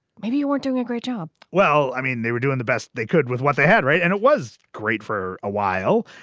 maybe you weren't doing a great job well, i mean, they were doing the best they could with what they had. right. and it was great for a while.